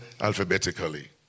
alphabetically